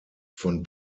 von